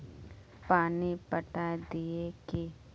पानी पटाय दिये की?